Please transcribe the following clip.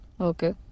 Okay